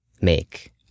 make